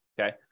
Okay